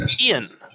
Ian